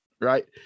right